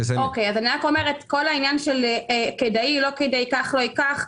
אז אני רק אומרת כל העניין של כדאי לא כדאי ייקח לא ייקח,